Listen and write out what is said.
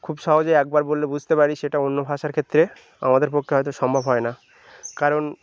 খুব সহজে একবার বললে বুঝতে পারি সেটা অন্য ভাষার ক্ষেত্রে আমাদের পক্ষে হয়তো সম্ভব হয় না কারণ